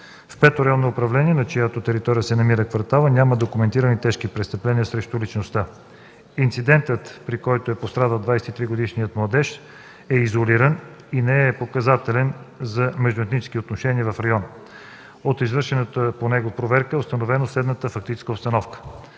В Пето районно управление, на чиято територия се намира квартала, няма документирани тежки престъпления срещу личността. Инцидентът, при който е пострадал 23-годишният младеж, е изолиран и не е показателен за междуетнически отношения в района. От извършената по него проверка е установена следната фактическа обстановка: